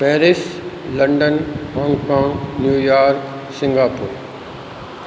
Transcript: Paris London Hong Kong New York Singapore